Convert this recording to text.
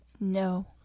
No